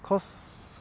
because